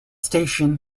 station